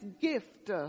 gift